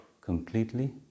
completely